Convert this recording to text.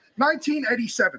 1987